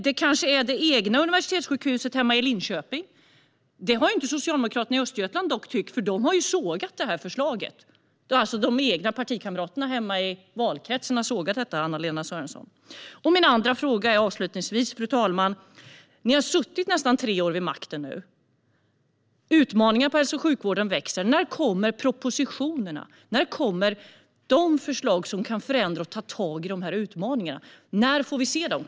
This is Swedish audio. Det kanske är det egna universitetssjukhuset hemma i Linköping? Det har dock inte Socialdemokraterna i Östergötland tyckt, för de har sågat förslaget. De egna partikamraterna hemma i valkretsen har alltså sågat detta, Anna-Lena Sörenson. Jag kommer avslutningsvis till min andra fråga, fru talman. Ni har nu suttit i nästan tre år vid makten. Utmaningarna i hälso och sjukvården växer. När kommer propositionerna? När kommer de förslag som kan förändra och ta tag i utmaningarna? När får vi se dem?